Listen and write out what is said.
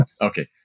Okay